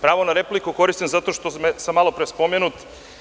Pravo na repliku koristim zato što sam malo pre spomenut.